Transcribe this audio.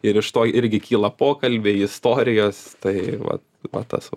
ir iš to irgi kyla pokalbiai istorijos tai va va tas va